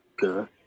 good